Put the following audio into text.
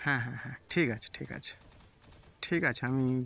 হ্যাঁ হ্যাঁ হ্যাঁ ঠিক আছে ঠিক আছে ঠিক আছে আমি